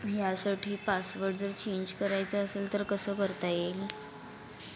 ह्यासाठी पासवर्ड जर चेंज करायचा असेल तर कसं करता येईल